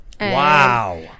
Wow